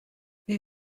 wie